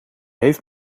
heeft